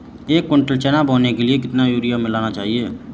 एक कुंटल चना बोने के लिए कितना यूरिया मिलाना चाहिये?